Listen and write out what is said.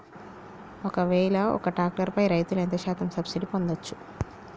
ఒక్కవేల ఒక్క ట్రాక్టర్ పై రైతులు ఎంత శాతం సబ్సిడీ పొందచ్చు?